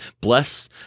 Bless